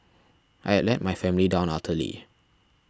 I had let my family down utterly